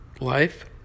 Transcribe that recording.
life